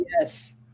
Yes